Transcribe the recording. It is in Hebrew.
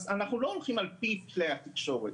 אז אנחנו לא הולכים על פי כלי התקשורת,